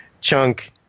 chunk